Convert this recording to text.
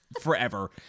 forever